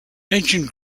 ancient